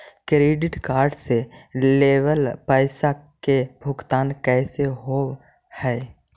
Credit card से लेवल पैसा के भुगतान कैसे होव हइ?